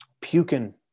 puking